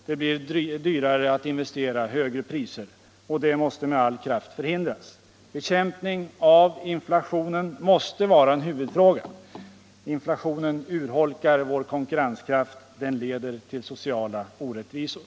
Det blir dyrare att investera, det blir högre priser, och det måste med all kraft förhindras. Bekämpning av inflationen måste vara en huvudfråga. Inflationen urholkar vår konkurrenskraft. Den leder till sociala orättvisor.